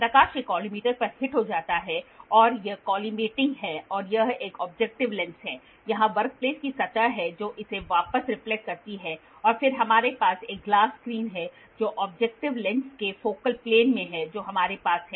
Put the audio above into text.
प्रकाश एक कोलिमेटर पर हिट हो जाता है और यह कोलिमेटिंग है और यह एक ऑब्जेक्टिव लेंस है यहां वर्कपीस की सतह है जो इसे वापस रिफ्लेक्ट करती है और फिर हमारे पास एक ग्लास स्क्रीन है जो ओब्जेकक्टिव लेंस के फोकल प्लेन में है जो हमारे पास है